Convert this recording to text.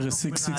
ארז סיקסיק,